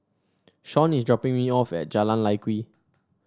Shaun is dropping me off at Jalan Lye Kwee